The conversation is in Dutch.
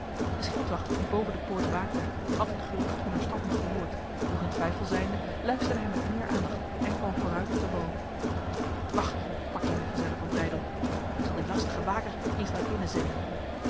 de schildwacht die boven de poort waakte had het gerucht hunner stappen gehoord doch in twijfel zijnde luisterde hij met meer aandacht en kwam vooruit op de wal wacht sprak een der gezellen van breydel ik zal die lastige waker eens naar binnen zenden